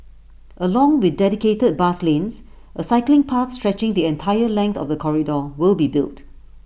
along with dedicated bus lanes A cycling path stretching the entire length of the corridor will be built